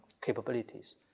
capabilities